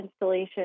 installation